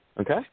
Okay